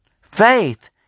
Faith